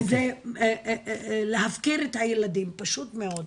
זה להפקיר את הילדים, פשוט מאוד.